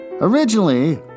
Originally